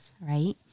right